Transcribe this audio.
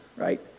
right